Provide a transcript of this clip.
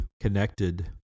connected